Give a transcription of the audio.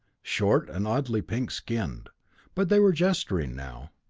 short and oddly pink-skinned but they were gesturing now,